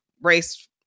race